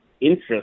interest